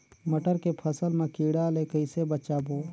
मटर के फसल मा कीड़ा ले कइसे बचाबो?